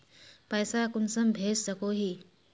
पैसा कुंसम भेज सकोही?